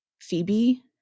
Phoebe